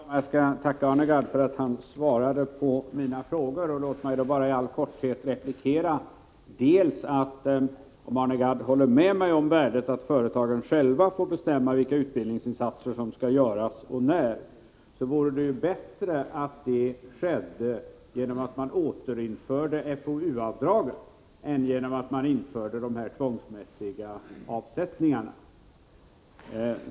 Fru talman! Jag tackar Arne Gadd för att han svarade på mina frågor. Låt mig bara i all korthet replikera. Om Arne Gadd håller med mig om värdet i att företagen själva får bestämma vilka utbildningsinsatser som skall göras och när de skall göras, vore det ju bättre att detta skedde genom att man återinförde fou-avdragen än genom att man inför de här tvångsmässiga avsättningarna.